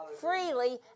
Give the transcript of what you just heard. freely